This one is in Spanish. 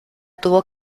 tuvo